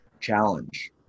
challenge